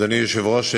אדוני היושב-ראש,